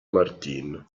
martin